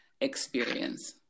experience